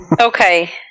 Okay